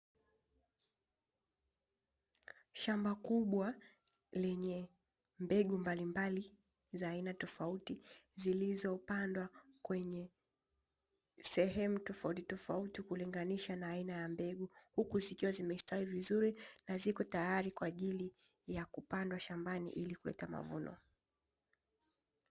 Shamba kubwa lenye mbegu mbalimbali za aina tofauti zilizopandwa kwenye sehemu tofauti tofauti kulinganisha na aina ya mbegu, huku zikiwa zimestawi vizuri na ziko tayari kwa ajili ya kupandwa shambani ili kuweka mavuno.